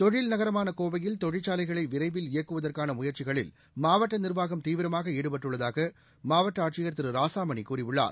தொழில் நகரமான கோவையில் தொழிற்சாலைகளை விரைவில் இயக்குவதற்கான முயற்சிகளில் மாவட்ட நிர்வாகம் தீவிரமாக ஈடுபட்டுள்ளதாக மாவட்ட ஆட்சியர் திரு ராசாமணிகூறியுள்ளார்